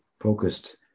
focused